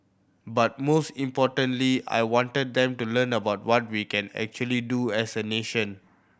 but most importantly I wanted them to learn about what we can actually do as a nation